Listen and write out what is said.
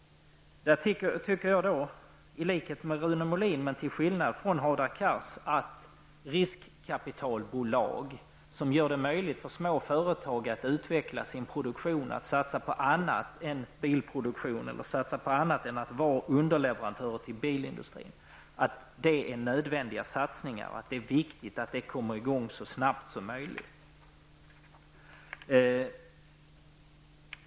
I likhet med Rune Molin men till skillnad från Hadar Cars tycker jag att riskkapitalbolag -- som gör det möjligt för små företag att utveckla sin produktion, att satsa på annat än bilproduktion eller annat än att vara underleverantörer till bilindustrin -- är nödvändiga satsningar; det är viktigt att de kommer i gång så snabbt som möjligt.